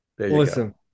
Awesome